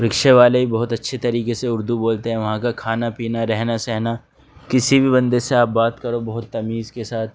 رکشے والے بھی بہت اچھی طریقے سے اردو بولتے ہیں وہاں کا کھانا پینا رہنا سہنا کسی بھی بندے سے آپ بات کرو بہت تمیز کے ساتھ